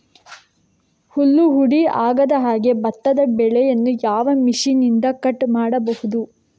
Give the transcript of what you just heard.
ಹುಲ್ಲು ಹುಡಿ ಆಗದಹಾಗೆ ಭತ್ತದ ಬೆಳೆಯನ್ನು ಯಾವ ಮಿಷನ್ನಿಂದ ಕಟ್ ಮಾಡಬಹುದು?